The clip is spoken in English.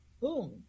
boom